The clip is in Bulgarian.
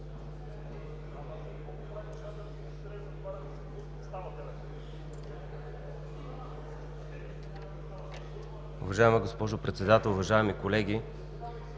Уважаема госпожо Председател, уважаеми колеги,